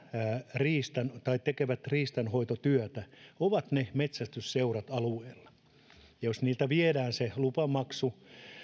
riistan tai tekevät riistanhoitotyötä ovat ne metsästysseurat alueella ja jos niiltä viedään se lupamaksu